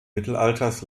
mittelalters